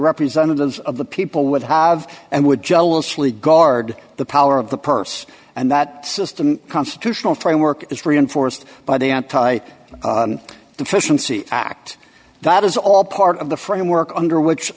representatives of the people would have and would jealously guard the power of the purse and that system constitutional framework is reinforced by the anti deficiency act that is all part of the framework under which